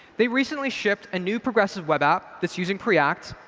they recently shipped a new progressive web app that's using preact.